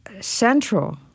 central